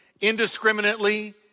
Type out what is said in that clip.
indiscriminately